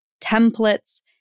templates